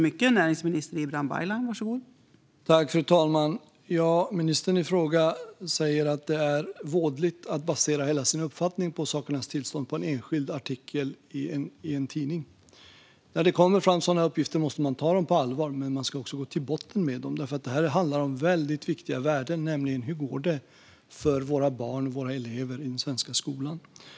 Fru talman! Ja, ministern i fråga säger att det är vådligt att basera hela sin uppfattning om sakernas tillstånd på en enskild artikel i en tidning. När det kommer fram sådana uppgifter måste man ta dem på allvar, men man ska också gå till botten med dem. Detta handlar ju om väldigt viktiga värden, nämligen hur det går för våra barn och elever i den svenska skolan.